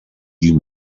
you